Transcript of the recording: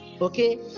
okay